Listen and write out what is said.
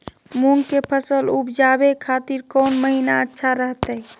मूंग के फसल उवजावे खातिर कौन महीना अच्छा रहतय?